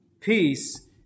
peace